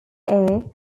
air